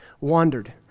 wandered